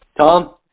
Tom